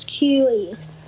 curious